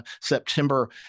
September